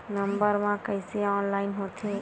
Number मा कइसे online होथे?